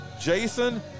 Jason